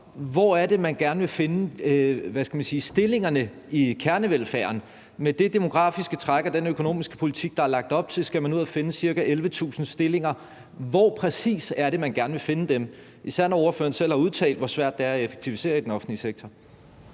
Hvor er det, man gerne vil finde, hvad skal man sige, stillingerne i kernevelfærden? Med det demografiske træk og den økonomiske politik, der er lagt op til, skal man ud at finde ca. 11.000 stillinger. Hvor præcis er det, man gerne vil finde dem – især når ordføreren selv har udtalt, hvor svært det er at effektivisere i den offentlige sektor?